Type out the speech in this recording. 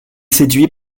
séduit